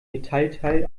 metallteil